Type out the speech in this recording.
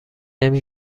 نمی